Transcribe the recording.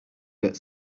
get